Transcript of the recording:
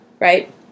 Right